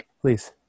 please